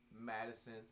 Madison